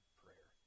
prayer